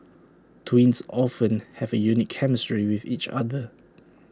twins often have A unique chemistry with each other